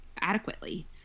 adequately